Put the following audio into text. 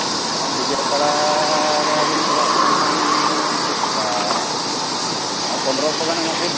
ᱚᱻ ᱵᱤᱡᱚᱭ ᱛᱟᱲᱟ ᱵᱤᱱ ᱪᱟᱞᱟᱜ ᱠᱷᱟᱱ ᱞᱤᱧ ᱪᱮᱫᱞᱮᱠᱟ ᱦᱮᱸ ᱯᱚᱸᱫᱨᱚᱥᱚ ᱜᱟᱱ ᱮᱢᱚᱜ ᱵᱤᱱ